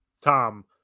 Tom